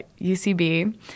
UCB